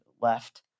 left